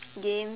games